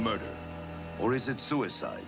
murder or is it suicide